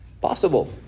possible